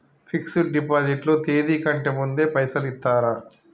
Fix డ్ deposit లో తేది కంటే ముందే పైసలు ఇత్తరా?